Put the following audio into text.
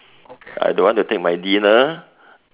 I don't want to take my dinner